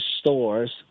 stores